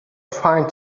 find